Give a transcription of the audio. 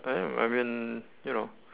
I mean you know